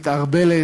ומתערבלת.